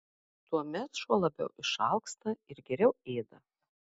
tuomet šuo labiau išalksta ir geriau ėda